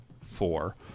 four